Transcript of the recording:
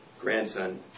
grandson